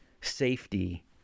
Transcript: safety